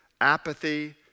apathy